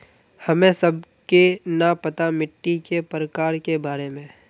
हमें सबके न पता मिट्टी के प्रकार के बारे में?